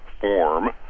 form